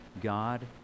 God